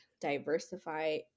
diversify